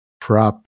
trap